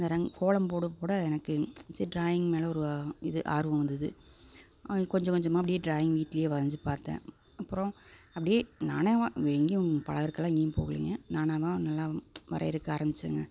நா ரங் கோலம் போடப் போட எனக்கு சரி ட்ராயிங் மேல் ஒரு இது ஆர்வம் வந்தது கொஞ்சம் கொஞ்சமாக அப்பிடியே ட்ராயிங் வீட்டிலேயே வரைஞ்சி பார்த்தேன் அப்புறோம் அப்படியே நானும் எங்கேயும் பழகுறக்கெல்லாம் எங்கேயும் போகலிங்க நானாகதான் நல்லா வரையருக்கு ஆரம்பித்தேங்க